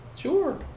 Sure